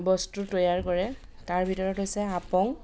বস্তু তৈয়াৰ কৰে তাৰ ভিতৰত হৈছে আপং